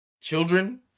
children